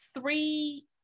three